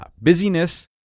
busyness